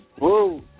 woo